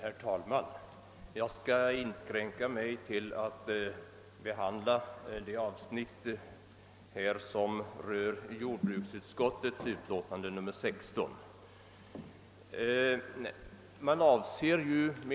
Herr talman! Jag skall inskränka mig till att beröra det avsnitt som behandlas i jordbruksutskottets utlåtande nr 16.